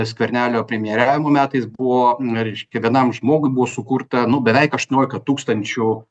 skvernelio premjeravimo metais buvo reiškia vienam žmogui buvo sukurta nu beveik aštuoniolika tūkstančių